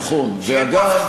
כשאין פה אף אחד.